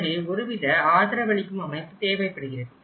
எனவே ஒருவித ஆதரவளிக்கும் அமைப்பு தேவைப்படுகிறது